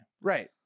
Right